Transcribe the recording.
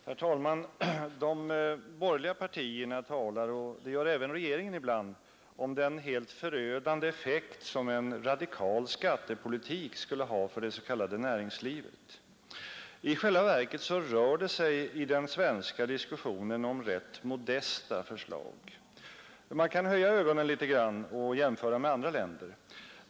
Herr talman! De borgerliga partierna talar — och det gör även regeringen ibland — om den helt förödande effekt som en radikal skattepolitik skulle ha för det s.k. näringslivet. I själva verket rör det sig i den svenska diskussionen om rätt modesta förslag. Man kan höja ögonen litet grand och jämföra med andra länder.